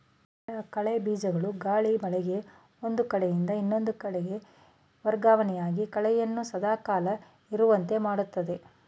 ಕೆಲ ಕಳೆ ಬೀಜಗಳು ಗಾಳಿ, ಮಳೆಗೆ ಒಂದು ಕಡೆಯಿಂದ ಇನ್ನೊಂದು ಕಡೆಗೆ ವರ್ಗವಣೆಯಾಗಿ ಕಳೆಯನ್ನು ಸದಾ ಕಾಲ ಇರುವಂತೆ ಮಾಡುತ್ತದೆ